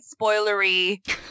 spoilery